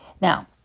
Now